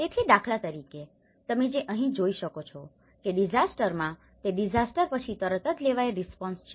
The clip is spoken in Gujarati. તેથી દાખલા તરીકે તમે જે અહીં જોઈ શકો છો કે ડીઝાસ્ટરમાં તે ડીઝાસ્ટર પછી તરત જ લેવાયેલ રિસ્પોન્સ છે